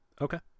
Okay